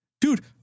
Dude